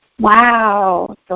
Wow